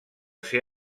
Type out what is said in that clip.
ser